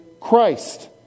Christ